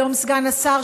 היום סגן השר,